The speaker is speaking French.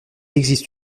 existe